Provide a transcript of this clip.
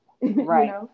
Right